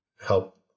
help